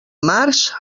març